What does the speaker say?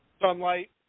sunlight